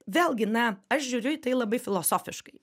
vėlgi na aš žiūriu į tai labai filosofiškai